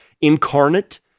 incarnate